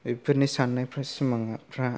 बेफोरनि साननायफ्रा सिमांफ्रा